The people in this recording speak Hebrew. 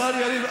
השר יריב,